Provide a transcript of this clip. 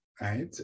right